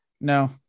no